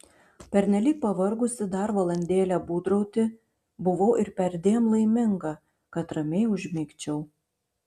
pernelyg pavargusi dar valandėlę būdrauti buvau ir perdėm laiminga kad ramiai užmigčiau